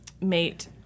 mate